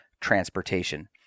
transportation